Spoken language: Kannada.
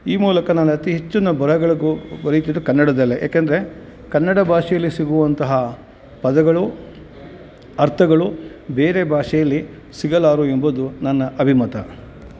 ಈ ಮೂಲಕ ನಾನು ಅತಿ ಹೆಚ್ಚಿನ ಬರಹಗಳಿಗೂ ಬರೀತಿದ್ದದ್ದು ಕನ್ನಡದಲ್ಲೇ ಯಾಕಂದರೆ ಕನ್ನಡ ಭಾಷೆಯಲ್ಲಿ ಸಿಗುವಂತಹ ಪದಗಳು ಅರ್ಥಗಳು ಬೇರೆ ಭಾಷೆಯಲ್ಲಿ ಸಿಗಲಾರವು ಎಂಬುದು ನನ್ನ ಅಭಿಮತ